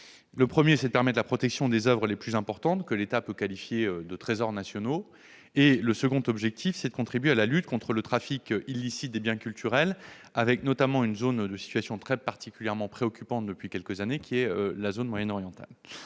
Le premier est de permettre la protection des oeuvres les plus importantes, que l'État peut qualifier de trésors nationaux. Le second est de contribuer à la lutte contre le trafic illicite des biens culturels, qui a pris une ampleur particulièrement préoccupante, depuis quelques années, dans la zone moyen-orientale.